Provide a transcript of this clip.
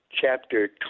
chapter